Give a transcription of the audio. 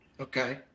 okay